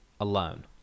alone